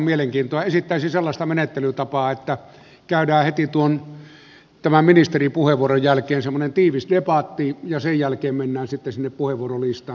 esittäisin sellaista menettelytapaa että käydään heti tämän ministerin puheenvuoron jälkeen semmoinen tiivis debatti ja sen jälkeen mennään sitten sinne puheenvuorolistaan